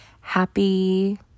happy